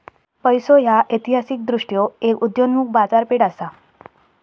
पैसो ह्या ऐतिहासिकदृष्ट्यो एक उदयोन्मुख बाजारपेठ असा